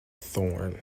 thorn